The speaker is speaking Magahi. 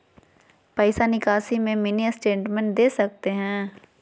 पैसा निकासी में मिनी स्टेटमेंट दे सकते हैं?